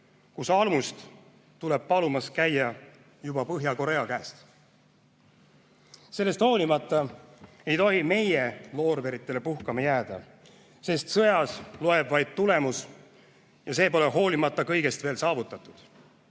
kus almust tuleb palumas käia juba Põhja-Korea käest. Sellest hoolimata ei tohi meie loorberitele puhkama jääda, sest sõjas loeb vaid tulemus ja see pole hoolimata kõigest veel saavutatud.